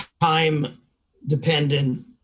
time-dependent